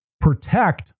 protect